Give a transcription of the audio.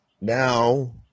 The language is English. now